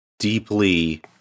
deeply